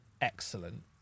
excellent